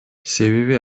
себеби